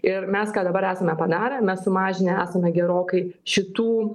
ir mes ką dabar esame padarę mes sumažinę esame gerokai šitų